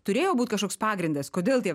turėjo būt kažkoks pagrindas kodėl tie